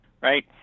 right